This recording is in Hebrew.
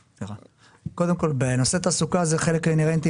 קודם כל בנושא תעסוקה זה חלק אינהרנטי